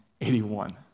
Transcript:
81